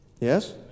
Yes